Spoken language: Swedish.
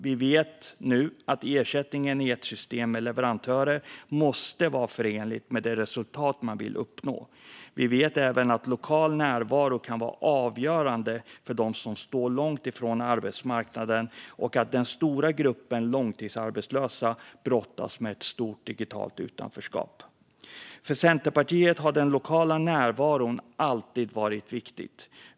Vi vet nu att ersättningen i ett system med leverantörer måste vara förenlig med det resultat man vill uppnå. Vi vet även att lokal närvaro kan vara avgörande för dem som står långt från arbetsmarknaden och att den stora gruppen långtidsarbetslösa brottas med ett stort digitalt utanförskap. För Centerpartiet har den lokala närvaron alltid varit viktig.